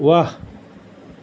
ৱাহ